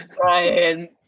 Brian